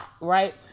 Right